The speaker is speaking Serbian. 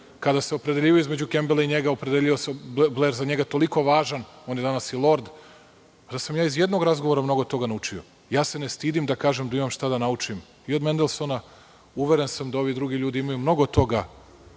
Kada se opredeljivao između Kembela i njega, opredelio se Bler za njega toliko važan, on je danas i lord, da sam ja iz jednog razgovora mnogo toga naučio. Ja se ne stidim da kažem da imam šta da naučim i od Mendelsona. Uveren sam da ovi drugi ljudi imaju mnogo toga